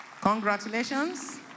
Congratulations